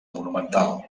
monumental